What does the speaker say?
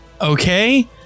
okay